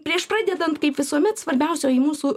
prieš pradedant kaip visuomet svarbiausioji mūsų